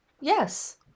Yes